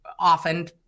Often